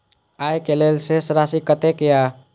आय के लेल शेष राशि कतेक या?